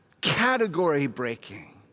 category-breaking